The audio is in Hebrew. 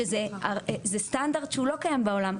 שזה סטנדרט שהוא לא קיים בעולם,